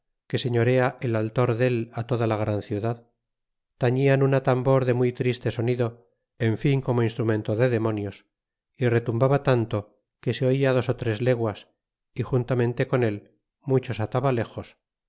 que señorea el altor del toda la gran ciudad tatúen un atarnbor de muy triste sonido en fin como instrumento de demonios y retumbaba tanto que se oia dos ó tres leguas y juntamente con él muchos